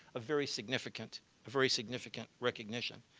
a very significant very significant recognition.